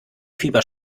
fieber